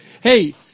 Hey